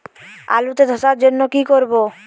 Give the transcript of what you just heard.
আলুতে ধসার জন্য কি করব?